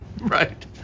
Right